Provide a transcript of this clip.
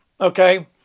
Okay